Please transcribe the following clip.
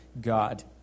God